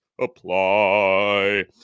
apply